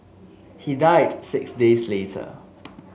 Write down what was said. he died six days later